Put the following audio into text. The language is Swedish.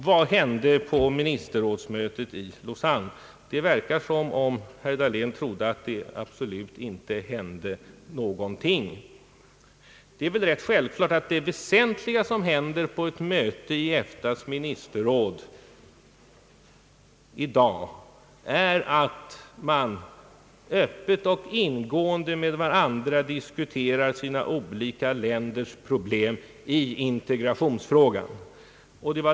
Vad hände på ministerrådsmötet i Lausanne? Det verkar som om herr Dahlén trodde att absolut ingenting förekom. Men det väsentliga som händer på ett möte i EFTA:s ministerråd i dag är — det borde vara rätt självklart — att man öppet och ingående med varandra diskuterar sina olika länders problem i integrationsfrågan.